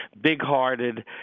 big-hearted